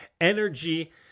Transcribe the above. energy